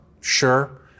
sure